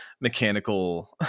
mechanical